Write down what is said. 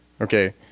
okay